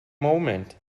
moment